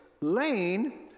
lane